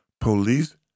police